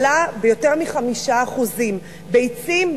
עלה ביותר מ-5%; ביצים,